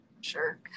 Sure